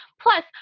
plus